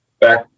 Back